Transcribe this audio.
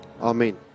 Amen